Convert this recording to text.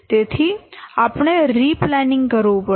તેથી આપણે રિપ્લેનિંગ કરવું પડશે